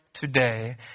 today